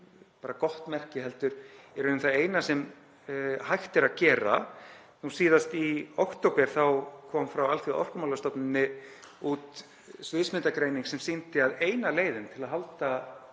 bara gott merki heldur er í raun það eina sem hægt er að gera. Nú síðast í október kom frá Alþjóðaorkumálastofnuninni sviðsmyndagreining sem sýndi að eina leiðin til að halda